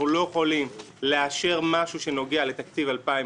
אנחנו לא יכולים לאשר משהו שנוגע לתקציב 2020,